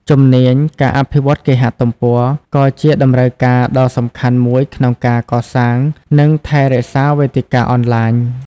ជំនាញ ការអភិវឌ្ឍគេហទំព័រ ក៏ជាតម្រូវការដ៏សំខាន់មួយក្នុងការកសាង និងថែរក្សាវេទិកាអនឡាញ។